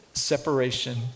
Separation